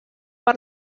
per